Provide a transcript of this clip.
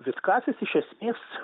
vitkacis iš esmės